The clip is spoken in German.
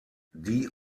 die